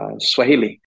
Swahili